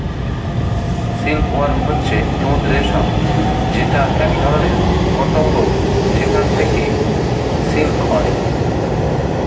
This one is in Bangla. সিল্ক ওয়ার্ম হচ্ছে তুত রেশম যেটা একধরনের পতঙ্গ যেখান থেকে সিল্ক হয়